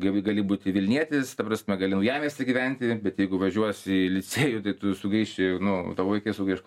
gali gali būti vilnietis ta prasme gali naujamiesty gyventi bet jeigu važiuosi į licėjų tai tu sugaiši nu tau reikės sugaišt